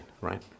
right